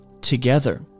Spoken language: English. together